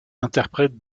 interprètent